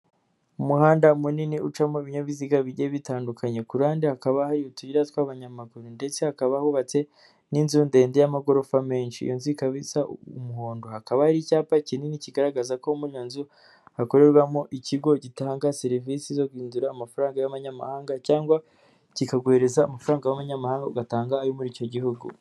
Umuhanda munini ucamo ibinyabiziga bijyiye bitandukanye kuruhande hakaba hari utuyira tw'abanyamaguru ndetse hakaba hubatse n'inzu ndende y'amagorofa menshi iyo nzu ikaba isa umuhondo hakaba hari icyapa kinini kigaragaza ko muriyonzu hakorerwamo ikigo gitanga serivisi zo guhindura amafaranga y'abanyamahanga cyangwa kikaguhereza amafaranga y'abanyamahanga ugatanga ayo muri icyo gihugu.